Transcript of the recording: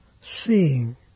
seeing